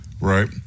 right